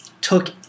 took